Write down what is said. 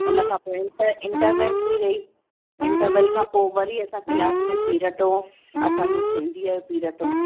उन खां पोइ त इंटरवेल थी वई इंटरवेल खां पोइ वरी असां क्लास में पीरियड हो असांजो सिंधीअ जो पीरियड हो